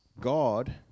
God